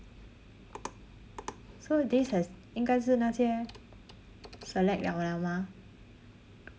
so this has 应该是那些 select liao lah mah